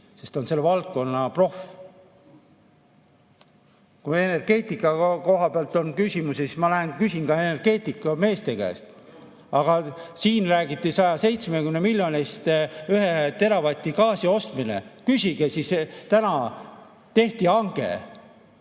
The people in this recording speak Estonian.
sest ta on selle valdkonna proff. Kui energeetika koha pealt on küsimusi, siis ma lähen küsin ka energeetikameeste käest. Aga siin räägiti 170 miljonist, ühe teravati gaasi ostmine. Küsige siis! Täna tehti hange,